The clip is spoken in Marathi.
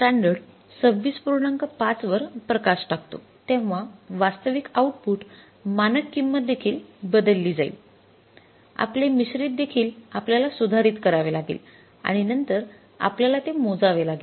५ वर प्रकाश टाकतो तेव्हा वास्तविक आउटपुट मानक किंमत देखील बदलली जाईल आपले मिश्रित देखील आपल्याला सुधारित करावे लागेल आणि नंतर आपल्याला ते मोजावे लागेल